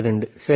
92 சரி